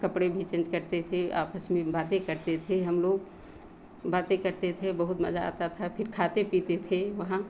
कपड़े भी चेंज करते थे ऑफिस में बातें करते थे हम लोग बातें करते थे बहुत मज़ा आता था फ़िर खाते पीते थे वहाँ